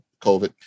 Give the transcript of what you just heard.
COVID